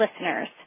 listeners